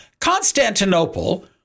Constantinople